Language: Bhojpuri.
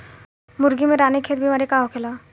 मुर्गी में रानीखेत बिमारी का होखेला?